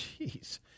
Jeez